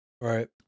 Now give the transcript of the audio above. Right